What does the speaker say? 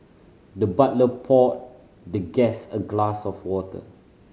the butler poured the guest a glass of water